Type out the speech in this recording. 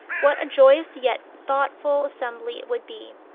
what a joyous yet thoughtful assembly it would be!